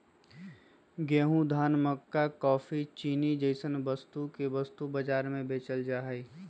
गेंहूं, धान, मक्का काफी, चीनी जैसन वस्तु के वस्तु बाजार में बेचल जा हई